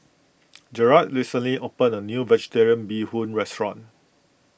Gerard recently opened a new Vegetarian Bee Hoon restaurant